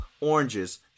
Oranges